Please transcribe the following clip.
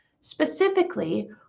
specifically